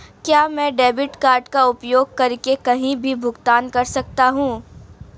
क्या मैं debit card का उपयोग करके कहीं भी भुगतान कर सकता हूं?